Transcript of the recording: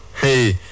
Hey